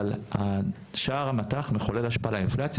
אבל שער המט"ח מחולל השפעה על האינפלציה,